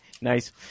Nice